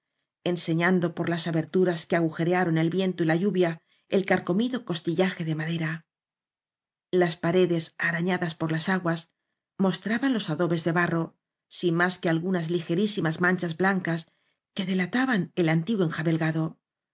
enseñando por las aberturas que agujerearon el viento y la lluvia el carcomido costillaje de madera las paredes arañadas por las aguas mostraban los adobes de barro sin más que algunas ligerísimas man chas blancas que delataban el antiguo enjabelgado la